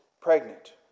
pregnant